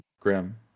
Grim